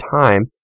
time